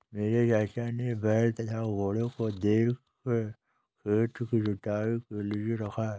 मेरे चाचा ने बैल तथा घोड़ों को खेत की जुताई के लिए रखा है